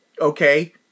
Okay